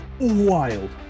wild